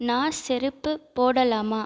நான் செருப்பு போடலாமா